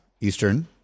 Eastern